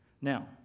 Now